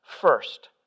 First